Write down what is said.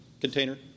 container